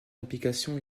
application